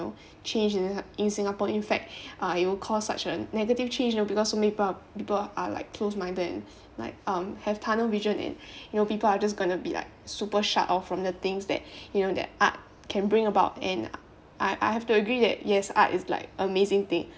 change in the in singapore in fact it will cause such a negative change because so many peo~ people are like close minded and like um have tunnel vision and you know people are just going to be like super shut off from the things that you know that art can bring about and I I have to agree that yes art is like amazing thing